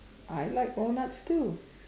I like walnuts too